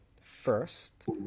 first